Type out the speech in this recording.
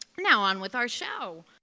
now on with our show.